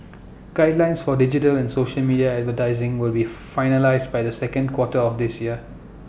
guidelines for digital and social media advertising will be finalised by the second quarter of this year